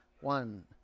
One